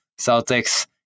Celtics